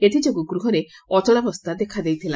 ଏଥିଯୋଗୁଁ ଗୃହରେ ଅଚଳାବସ୍କା ଦେଖା ଦେଇଥିଲା